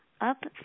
Up